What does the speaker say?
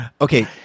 Okay